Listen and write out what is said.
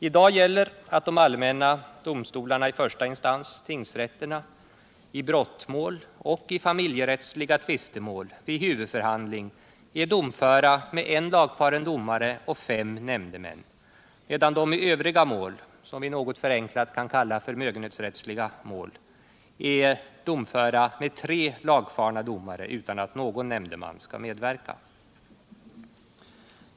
I dag gäller att de allmänna domstolarna i första instans, tingsrätterna, i brottmål och i familjerättsliga tvistemål vid huvudförhandling är domföra med en lagfaren domare och fem nämndemän, medan de i övriga mål — som vi något förenklat kan kalla förmögenhetsrättsliga tvistemål — är domföra med tre lagfarna domare utan att någon nämndeman skall medverka.